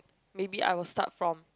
maybe I will start from